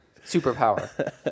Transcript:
superpower